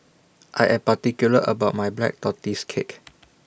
I Am particular about My Black Tortoise Cake